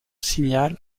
signal